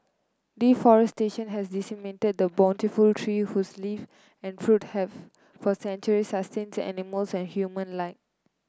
deforestation has decimated the bountiful tree whose leave and fruit have for centuries sustained animals and human alike